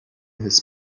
his